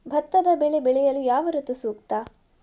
ಭತ್ತದ ಬೆಳೆ ಬೆಳೆಯಲು ಯಾವ ಋತು ಸೂಕ್ತ?